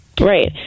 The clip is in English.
Right